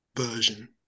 version